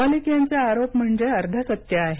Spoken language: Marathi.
मलिक यांचे आरोप म्हणजे अर्धसत्य आहे